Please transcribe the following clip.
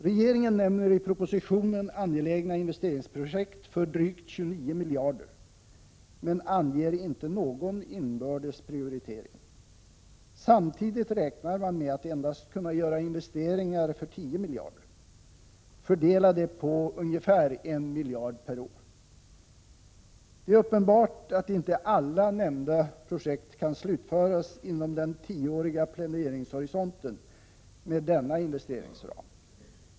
Regeringen nämner i propositionen angelägna investeringsprojekt för drygt 29 miljarder, men anger inte någon inbördes prioritering. Samtidigt räknar man med att endast kunna göra investeringar för 10 miljarder, fördelade på ungefär en miljard per år. Det är uppenbart att inte alla nämnda projekt kan slutföras med denna investeringsram inom den tioåriga planeringshorisonten.